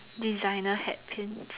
designer hat pins